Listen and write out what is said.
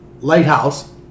Lighthouse